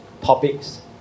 topics